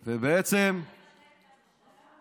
דודי, מותר לבקר את המשטרה?